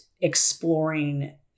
exploring